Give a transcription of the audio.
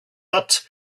but